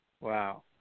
Wow